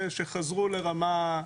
ושחזרו לרמה,